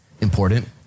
important